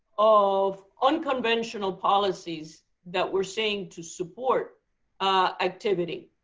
of unconventional policies that we're seeing to support activity